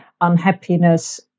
unhappiness